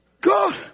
God